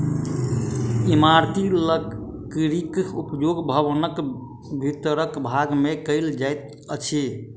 इमारती लकड़ीक उपयोग भवनक भीतरका भाग मे कयल जाइत अछि